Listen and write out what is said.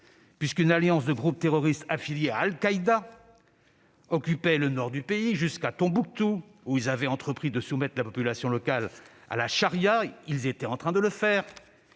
puisqu'une alliance de groupes terroristes affiliés à Al-Qaïda occupait le nord du pays jusqu'à Tombouctou, où ces groupes avaient entrepris de soumettre la population locale à la charia et de détruire